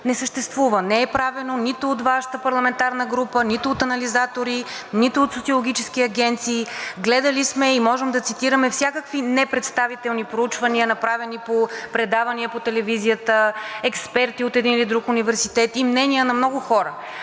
Не е правено нито от Вашата парламентарна група, нито от анализатори, нито от социологически агенции. Гледали сме и можем да цитираме всякакви непредставителни проучвания, направени по предавания по телевизията, експерти от един или друг университет и мнения на много хора.